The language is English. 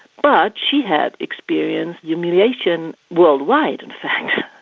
but she had experienced humiliation worldwide in fact.